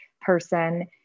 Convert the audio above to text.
person